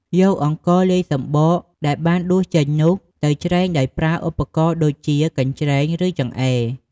យកអង្ករលាយសម្បកដែលបានដួសចេញនោះ ទៅច្រែងដោយប្រើឧបករណ៍ដូចជាកញ្ច្រែង ឬចង្អេរ ។